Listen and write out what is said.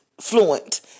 fluent